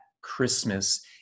Christmas